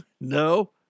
no